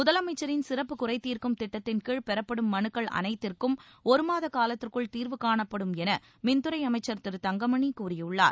முதலமைச்சரின் சிறப்பு குறை தீர்க்கும் திட்டத்தின் கீழ் பெறப்படும் மனுக்கள் அனைத்திற்கும் ஒருமாத காலத்திற்குள் தீர்வு காணப்படும் என மின்துறை அமைச்சர் திரு தங்கமணி கூறியுள்ளார்